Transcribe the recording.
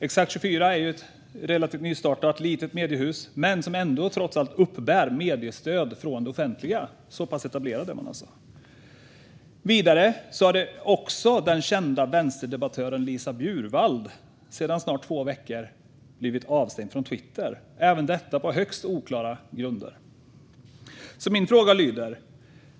Exakt 24 är ett relativt nystartat, litet mediehus. Men man uppbär trots allt mediestöd från det offentliga. Så pass etablerad är man alltså. Vidare har den kända vänsterdebattören Lisa Bjurwald sedan två veckor varit avstängd från Twitter, även detta på högst oklara grunder.